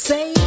Say